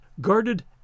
guarded